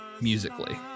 musically